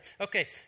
Okay